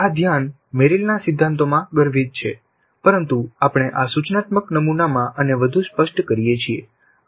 આ ધ્યાન મેરિલના સિદ્ધાંતોમાં ગર્ભિત છે પરંતુ આપણે આ સૂચનાત્મક નમૂનામાં આને વધુ સ્પષ્ટ કરીએ છીએ